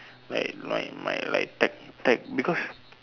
like my my like tech tech because